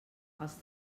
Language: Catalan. els